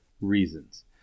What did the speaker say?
reasons